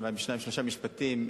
אולי בשניים-שלושה משפטים,